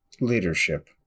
leadership